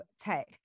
tech